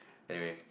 anyway